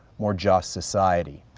more just society.